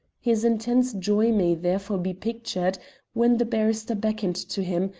his intense joy may therefore be pictured when the barrister beckoned to him,